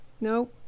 No